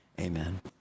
Amen